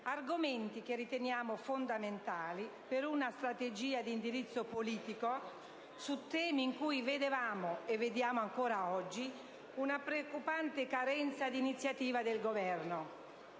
Argomenti che riteniamo fondamentali per una strategia di indirizzo politico su temi in cui vedevamo e vediamo ancora oggi una preoccupante carenza di iniziativa del Governo.